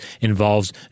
involves